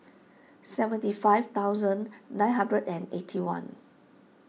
seventy five thousand nine hundred and eighty one